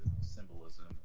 symbolism